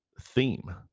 theme